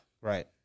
Right